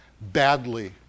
badly